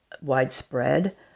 widespread